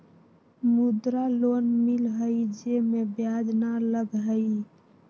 मुद्रा लोन मिलहई जे में ब्याज न लगहई?